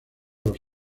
los